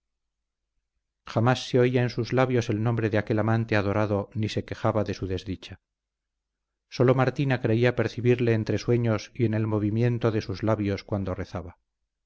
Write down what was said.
jamás se oía en sus labios el nombre de aquel amante adorado ni se quejaba de su desdicha sólo martina creía percibirle entre sueños y en el movimiento de sus labios cuando rezaba